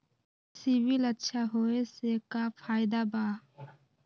CIBIL अच्छा होऐ से का फायदा बा?